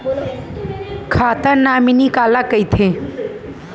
खाता नॉमिनी काला कइथे?